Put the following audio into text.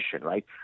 right